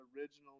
originally